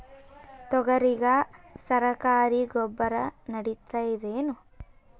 ತೊಗರಿಗ ಸರಕಾರಿ ಗೊಬ್ಬರ ನಡಿತೈದೇನು?